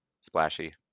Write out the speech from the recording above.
splashy